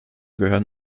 gehören